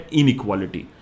inequality।